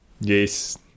Yes